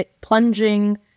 plunging